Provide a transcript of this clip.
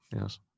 yes